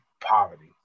poverty